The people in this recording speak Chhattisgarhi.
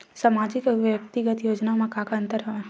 सामाजिक अउ व्यक्तिगत योजना म का का अंतर हवय?